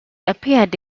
appeared